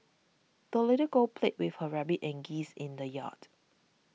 the little girl played with her rabbit and geese in the yard